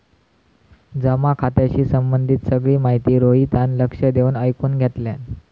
जमा खात्याशी संबंधित सगळी माहिती रोहितान लक्ष देऊन ऐकुन घेतल्यान